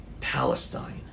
Palestine